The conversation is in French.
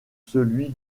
celui